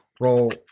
roll